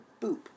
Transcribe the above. Boop